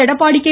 Edappadi K